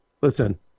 listen